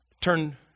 Turn